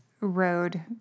road